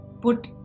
put